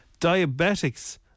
diabetics